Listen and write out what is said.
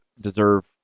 deserve